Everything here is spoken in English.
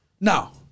Now